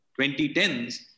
2010s